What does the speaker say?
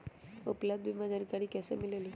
उपलब्ध बीमा के जानकारी कैसे मिलेलु?